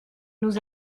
nous